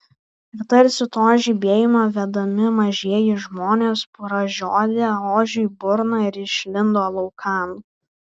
ir tarsi to žibėjimo vedami mažieji žmonės pražiodė ožiui burną ir išlindo laukan